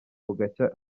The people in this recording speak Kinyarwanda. bugacya